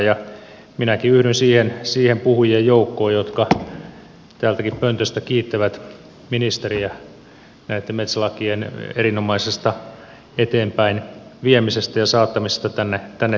minäkin yhdyn siihen puhujien joukkoon joka täältäkin pöntöstä kiittää ministeriä näitten metsälakien erinomaisesta eteenpäinviemisestä ja saattamisesta tänne taloon